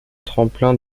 tremplin